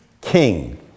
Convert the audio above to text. king